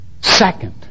Second